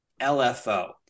LFO